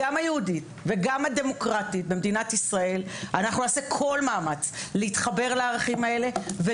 אנחנו נעשה כל מאמץ להתחבר גם לערכים היהודיים וגם לערכים הדמוקרטיים,